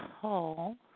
call